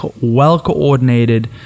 well-coordinated